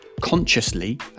Consciously